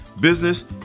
business